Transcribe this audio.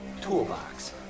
Toolbox